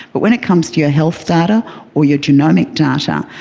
but when it comes to your health data or your genomic data,